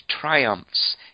triumphs